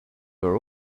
were